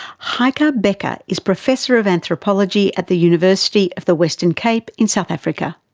heike ah becker is professor of anthropology at the university of the western cape in south africa.